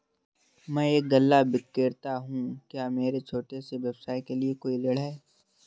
मैं एक गल्ला विक्रेता हूँ क्या मेरे छोटे से व्यवसाय के लिए कोई ऋण है?